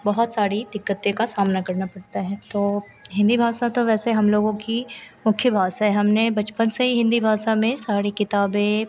बहुत सारी दिक्कतें का सामना करना पड़ता है तो हिन्दी भाषा तो वैसे हमलोगों की मुख्य भाषा है हमने बचपन से ही हिन्दी भाषा में सारी किताबें